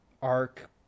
Arc